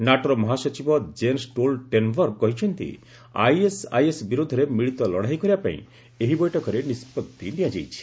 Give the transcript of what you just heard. ନାଟୋର ମହାସଚିବ Jens Stoltenberg କହିଛନ୍ତି ISIS ବିରୋଧରେ ମିଳିତ ଲଡ଼ାଇ କରିବାପାଇଁ ଏହି ବୈଠକରେ ନିଷ୍ପଭି ନିଆଯାଇଛି